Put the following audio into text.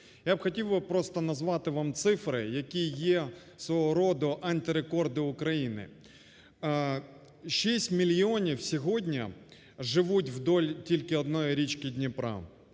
Я б хотів би просто назвати вам цифри, які є свого роду антирекорди України. Шість мільйонів сьогодні живуть уздовж тільки однієї річки Дніпра,